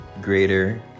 greater